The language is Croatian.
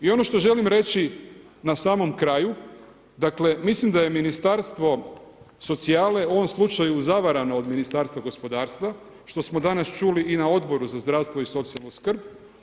I ono što želim reći na samom kraju, dakle mislim da je Ministarstvo socijale u ovom slučaju zavarano od Ministarstva gospodarstva što smo danas čuli i na Odboru za zdravstvo i socijalnu skrb.